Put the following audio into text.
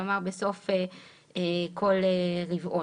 כלומר בסוף כל רבעון,